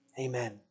Amen